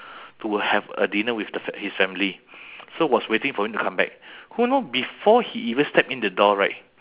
to have a dinner with the fa~ his family so was waiting for him to come back who know before he even step in the door right